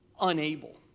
unable